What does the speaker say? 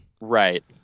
Right